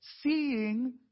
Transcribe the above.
Seeing